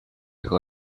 配合